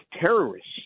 terrorists